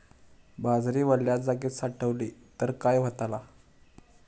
बाजरी वल्या जागेत साठवली तर काय होताला?